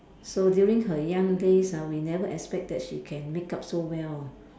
so during her young days ah we never expect that she can makeup so well